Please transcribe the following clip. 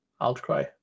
outcry